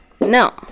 No